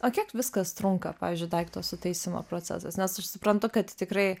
o kiek viskas trunka pavyzdžiui daikto sutaisymo procesas nes aš suprantu kad tikrai